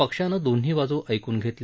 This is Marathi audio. पक्षानं दोन्ही बाजू ऐकून घेतल्या